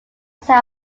set